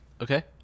Okay